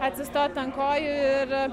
atsistot ant kojų ir